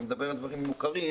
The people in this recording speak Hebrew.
אני מדבר על דברים מוכרים,